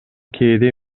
кээде